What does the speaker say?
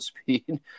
speed